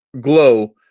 glow